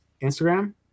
instagram